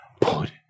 put